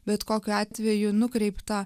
bet kokiu atveju nukreipta